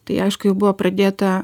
tai aišku jau buvo pradėta